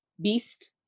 beast